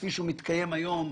כפי שהוא מתקיים היום,